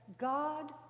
God